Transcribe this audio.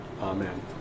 Amen